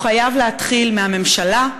הוא חייב להתחיל מהממשלה,